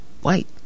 white